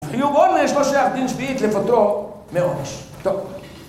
חיוב עונש לא שייך דין שביעית לפטרו מעונש, טוב.